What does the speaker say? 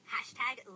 Hashtag